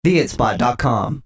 Theitspot.com